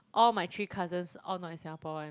all my three cousins all not in Singapore [one]